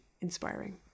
inspiring